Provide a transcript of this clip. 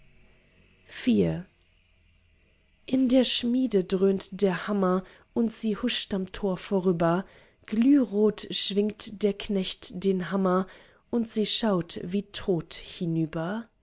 in der schmiede dröhnt der hammer und sie huscht am tor vorüber glührot schwingt der knecht den hammer und sie schaut wie tot hinüber